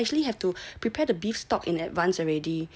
y'all actually have to prepare the beef stock in advance already